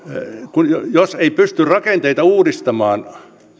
jos ei pysty rakenteita uudistamaan